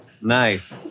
Nice